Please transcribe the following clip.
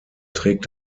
trägt